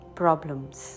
problems